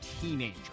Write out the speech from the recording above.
teenager